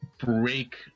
break